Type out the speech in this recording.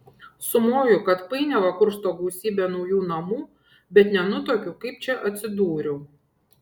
sumoju kad painiavą kursto gausybė naujų namų bet nenutuokiu kaip čia atsidūriau